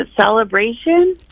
celebration